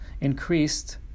increased